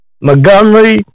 Montgomery